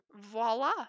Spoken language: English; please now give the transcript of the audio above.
Voila